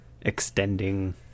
extending